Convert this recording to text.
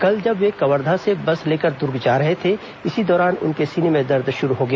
कल जब वे कवर्धा से बस लेकर दुर्ग जा रहे थे इसी दौरान उनके सीने में दर्द शुरू हो गया